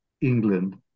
England